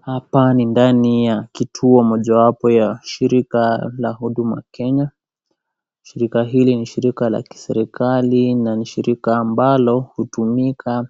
Hapa ni ndani ya kitu mojawapo ya shirika la huduma Kenya. Shirika hili ni shirika la kiserikali na ni shirika ambalo hutumika